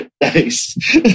Nice